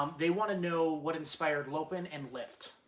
um they want to know what inspired lopen and lift.